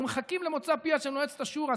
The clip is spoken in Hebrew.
אנחנו מחכים למוצא פיה של מועצת השורא,